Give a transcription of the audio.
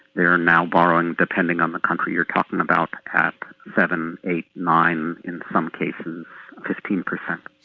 they are now borrowing depending on the country you're talking about at seven, eight, nine, in some cases fifteen per cent.